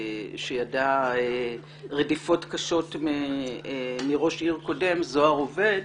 שידע רדיפות קשות מראש עיר קודם, זוהר עובד,